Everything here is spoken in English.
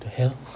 the hell